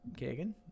Kagan